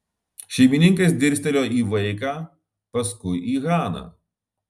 šeimininkas dirstelėjo į vaiką paskui į haną